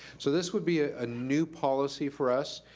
so this would be a ah new policy for us.